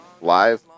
live